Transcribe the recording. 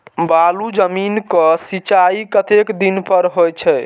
बालू जमीन क सीचाई कतेक दिन पर हो छे?